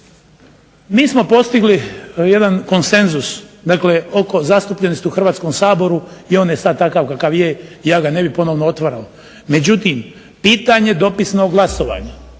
Mi smo postigli jedan konsenzus dakle oko zastupljenosti u Hrvatskom saboru i on je sada takav kakav je, ja ga ne bih ponovno otvarao. Međutim, pitanje dopisnog glasovanja,